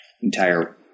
entire